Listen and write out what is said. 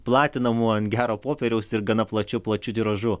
platinamu ant gero popieriaus ir gana plačiu plačiu tiražu